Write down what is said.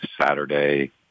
Saturday